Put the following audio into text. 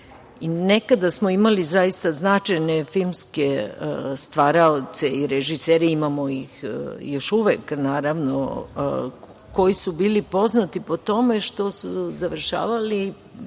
svetu. Nekada smo imali zaista značajne filmske stvaraoce i režisere. Imamo ih još uvek, naravno, koji su bili poznati po tome što su završavali